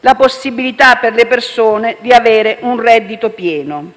la possibilità per le persone di avere un reddito pieno.